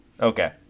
Okay